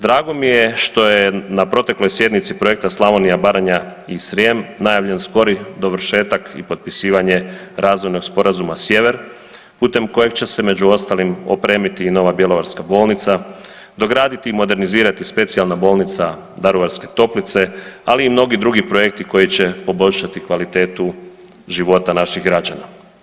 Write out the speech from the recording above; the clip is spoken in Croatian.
Drago mi je što je na protekloj sjednici projekta Slavonija, Baranja i Srijem najavljen skori dovršetak i potpisivanje razvojnog sporazuma Sjever putem kojeg će se među ostalim opremiti i nova bjelovarska bolnica, dograditi i modernizirati specijalna bolnica Daruvarske Toplice, ali i mnogi drugi projekti koji će poboljšati kvalitetu života naših građana.